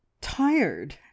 tired